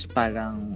parang